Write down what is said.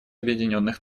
объединенных